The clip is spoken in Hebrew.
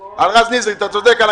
הכול --- על רז נזרי, אתה צודק.